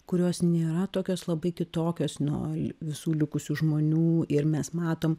kurios nėra tokios labai kitokios nuo visų likusių žmonių ir mes matom